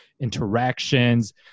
interactions